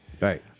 Right